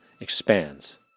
expands